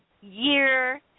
year